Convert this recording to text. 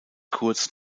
kurz